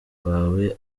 rwawe